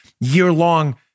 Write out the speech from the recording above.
year-long